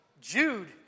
Jude